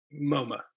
MoMA